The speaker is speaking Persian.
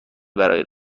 برای